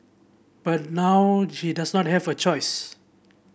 but now she does not have a choice